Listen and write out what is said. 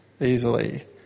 easily